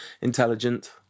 intelligent